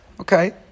okay